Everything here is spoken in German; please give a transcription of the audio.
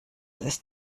ist